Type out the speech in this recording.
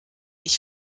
ich